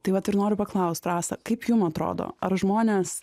tai vat ir noriu paklaust rasa kaip jum atrodo ar žmonės